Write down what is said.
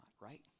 right